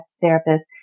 therapist